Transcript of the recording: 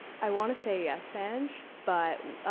i wanna say yes, sanj, but,